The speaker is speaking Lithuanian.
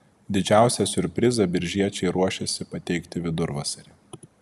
didžiausią siurprizą biržiečiai ruošiasi pateikti vidurvasarį